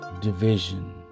division